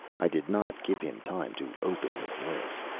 i did not give him time to open his lips.